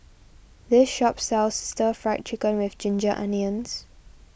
this shop sells Stir Fry Chicken with Ginger Onions